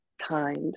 times